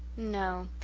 no,